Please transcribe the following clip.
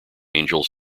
angels